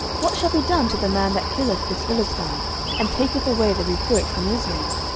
what shall be done to the man that killeth this philistine and taketh away the reproach from israel?